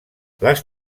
les